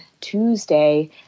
Tuesday